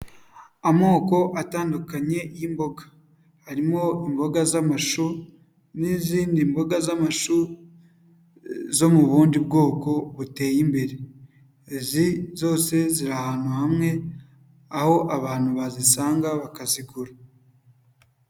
Amoko atandukanye y'imboga, harimo imboga z'amashu n'izindi mboga z'amashu zo mu bundi bwoko buteye imbere, zose ziri ahantu hamwe, aho abantu bazisanga bakazigura.